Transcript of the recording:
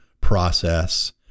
process